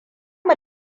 mu